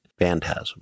phantasm